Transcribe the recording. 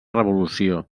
revolució